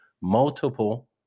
multiple